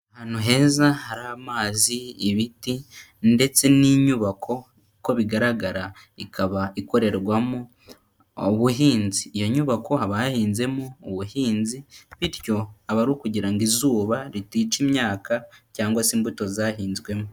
Ahantu heza hari amazi, ibiti ndetse n'inyubako uko bigaragara ikaba ikorerwamo ubuhinzi, iyo nyubako abahinzemo ubuhinzi, bityo aba ari ukugira ngo izuba ritica imyaka cyangwa se imbuto zahinzwemo.